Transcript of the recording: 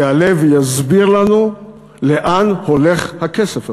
יעלה ויסביר לנו לאן הולך הכסף הזה.